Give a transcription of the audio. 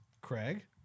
Craig